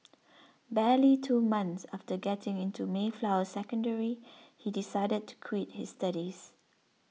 barely two months after getting into Mayflower Secondary he decided to quit his studies